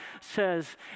says